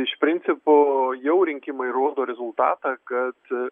iš principo jau rinkimai rodo rezultatą kad